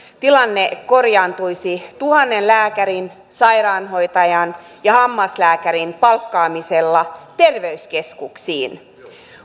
tilanne korjaantuisi tuhannen lääkärin sairaanhoitajan ja hammaslääkärin palkkaamisella terveyskeskuksiin